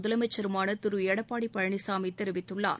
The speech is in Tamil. முதலமைச்சருமான திரு எடப்பாடி பழனிசாமி தெரிவித்துள்ளார்